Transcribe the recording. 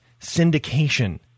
syndication